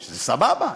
שזה סבבה,